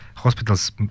Hospitals